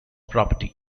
property